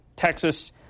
Texas